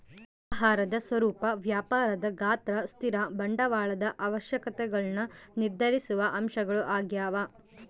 ವ್ಯವಹಾರದ ಸ್ವರೂಪ ವ್ಯಾಪಾರದ ಗಾತ್ರ ಸ್ಥಿರ ಬಂಡವಾಳದ ಅವಶ್ಯಕತೆಗುಳ್ನ ನಿರ್ಧರಿಸುವ ಅಂಶಗಳು ಆಗ್ಯವ